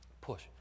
push